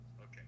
Okay